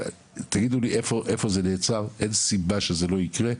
אין סיבה שזה לא יקרה,